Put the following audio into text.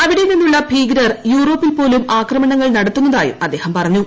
അവിടെ നിന്നുള്ള ഭീകരർയൂറോപ്പിൽ പോലും ആക്രമണങ്ങൾ നടത്തുന്നതായുംഅദ്ദേഹം പറഞ്ഞു